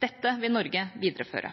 Dette vil Norge videreføre.